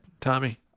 Tommy